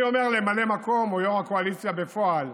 אני אומר לממלא המקום או יו"ר הקואליציה בפועל: